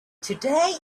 today